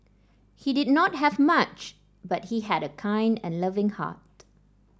he did not have much but he had a kind and loving heart